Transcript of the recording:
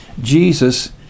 Jesus